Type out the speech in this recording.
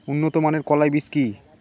উন্নত মানের কলাই বীজ কি?